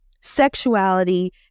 sexuality